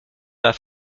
dans